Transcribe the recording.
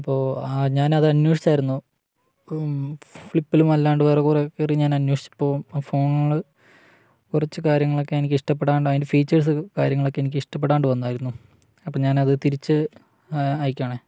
അപ്പോള് ഞാനത് അന്വേഷിച്ചായിരുന്നു ഫ്ലിപ്പിലും അല്ലാതെ വേറെ കുറേയില് കയറി ഞാന് അന്വേഷിച്ചപ്പോള് ആ ഫോണില് കുറച്ച് കാര്യങ്ങളൊക്കെ എനിക്കിഷ്ടപ്പെടാതെ അതിൻ്റെ ഫീച്ചേഴ്സ് കാര്യങ്ങളൊക്കെ എനിക്ക് ഇഷ്ടപ്പെടാതെ വന്നായിരുന്നു അപ്പോള് ഞാനത് തിരിച്ച് അയക്കുകയാണ്